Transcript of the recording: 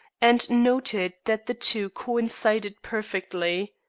and noted that the two coincided perfectly.